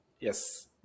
yes